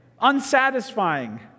unsatisfying